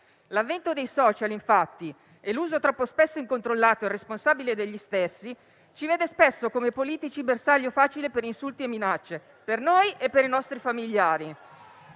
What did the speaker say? L'avvento dei *social*, infatti, e l'uso troppo spesso incontrollato e irresponsabile degli stessi ci vede sovente, come politici, bersaglio facile per insulti e minacce per noi e i nostri familiari.